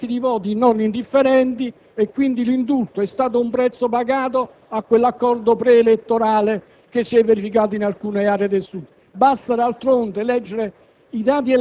è detentrice di pacchetti di voti non indifferenti. Pertanto, l'indulto è stato un prezzo pagato a quell'accordo pre-elettorale che si è verificato in alcune aree del Sud.